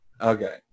Okay